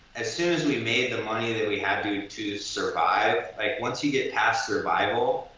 as soon as we made the money that we had to to survive, like once you get past survival,